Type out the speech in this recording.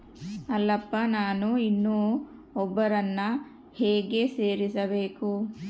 ಅಲ್ಲಪ್ಪ ನಾನು ಇನ್ನೂ ಒಬ್ಬರನ್ನ ಹೇಗೆ ಸೇರಿಸಬೇಕು?